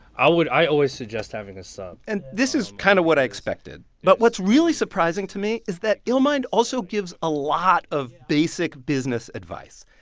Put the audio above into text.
i would i always suggest having a sub and this is kind of what i expected. but what's really surprising to me is that illmind also gives a lot of basic business advice.